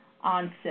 onset